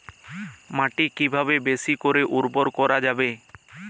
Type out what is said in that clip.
মাটি কিভাবে বেশী করে উর্বর করা যাবে?